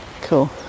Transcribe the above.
Cool